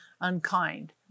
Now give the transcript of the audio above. unkind